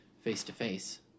face-to-face